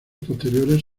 posteriores